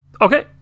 Okay